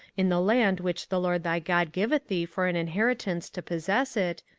in the land which the lord thy god giveth thee for an inheritance to possess it,